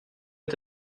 est